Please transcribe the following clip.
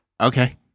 Okay